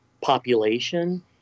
population